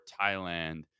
Thailand